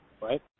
right